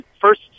first